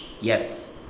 Yes